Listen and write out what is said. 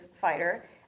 fighter